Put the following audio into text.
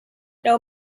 know